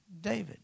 David